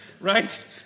Right